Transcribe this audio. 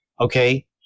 okay